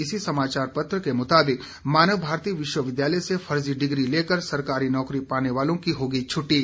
इसी समाचार पत्र के मुताबिक मानव भारती विश्वविद्यालय से फर्जी डिग्री लेकर सरकारी नौकरी पाने वालों की होगी छुट्टी